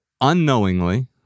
unknowingly